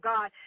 God